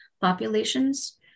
populations